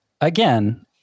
again